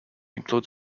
include